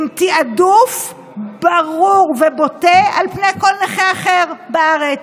עם תיעדוף ברור ובוטה על פני כל נכה אחר בארץ,